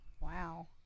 Wow